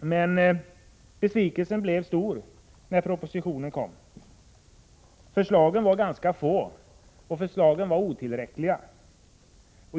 Men besvikelsen blev stor när propositionen kom. Förslagen var ganska få, och de var otillräckliga.